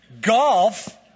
Golf